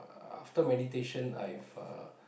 after meditation I've uh